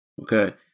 Okay